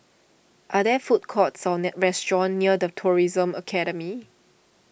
are there food courts or restaurants near the Tourism Academy